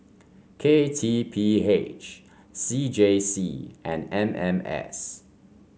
K T P H C J C and M M S